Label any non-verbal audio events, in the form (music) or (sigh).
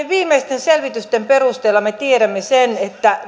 (unintelligible) viimeisten selvitysten perusteella me tiedämme sen että